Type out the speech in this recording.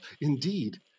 Indeed